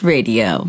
Radio